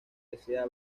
desea